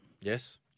Yes